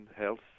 health